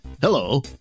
Hello